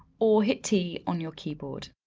or hit t on your keyboard.